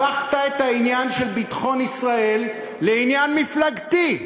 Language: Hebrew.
הפכת את העניין של ביטחון ישראל לעניין מפלגתי,